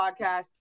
podcast